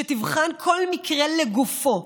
שתבחן כל מקרה לגופו,